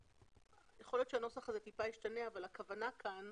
יכול להיות שהנוסח הזה ישתנה מעט אבל הכוונה כאן,